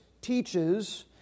teaches